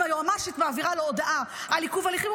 אם היועמ"שית מעבירה לו הודעה על עיכוב הליכים,